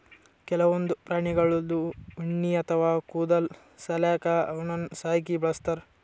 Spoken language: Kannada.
ಕೆಲವೊಂದ್ ಪ್ರಾಣಿಗಳ್ದು ಉಣ್ಣಿ ಅಥವಾ ಕೂದಲ್ ಸಲ್ಯಾಕ ಅವನ್ನ್ ಸಾಕಿ ಬೆಳಸ್ತಾರ್